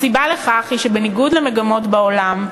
הסיבה לכך היא שבניגוד למגמות בעולם,